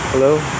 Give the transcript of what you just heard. Hello